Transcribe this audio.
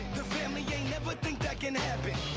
the family ain't never think that can happen